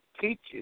teaches